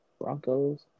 Broncos